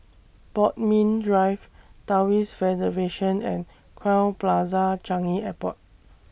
Bodmin Drive Taoist Federation and Crowne Plaza Changi Airport